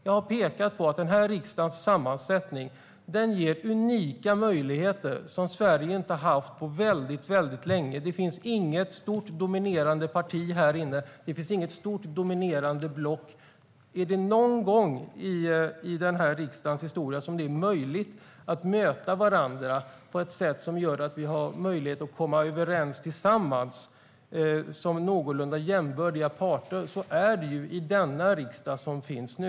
Jag har pekat på att den här riksdagens sammansättning ger unika möjligheter som Sverige inte har haft på väldigt länge. Det finns inget stort dominerande parti eller block här. Är det någon gång i riksdagens historia som det är möjligt att möta varandra på ett sätt som gör att vi som någorlunda jämbördiga parter kan komma överens är det nu.